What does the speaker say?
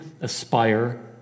aspire